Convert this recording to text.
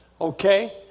Okay